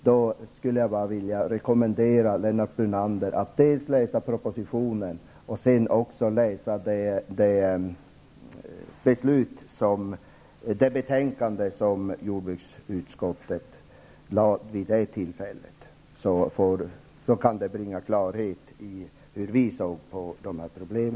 Jag vill därför rekommendera Lennart Brunander att läsa dels propositionen, dels det betänkande som jordbruksutskottet lade fram vid det tillfället. Detta kan bringa klarhet i hur vi såg på dessa problem.